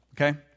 Okay